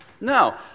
No